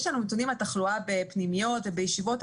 יש לנו נתונים על תחלואה בפנימיות ובישיבות.